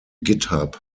github